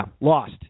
Lost